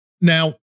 Now